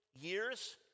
years